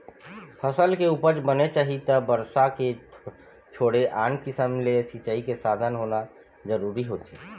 फसल के उपज बने चाही त बरसा के छोड़े आन किसम ले सिंचई के साधन होना जरूरी होथे